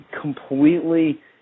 completely